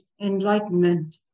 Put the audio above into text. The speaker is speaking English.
enlightenment